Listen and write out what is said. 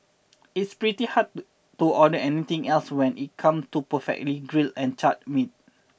it's pretty hard to order anything else when it come to perfectly grilled and charred meats